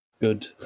Good